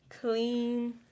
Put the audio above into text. Clean